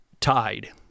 tied